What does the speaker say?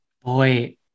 Boy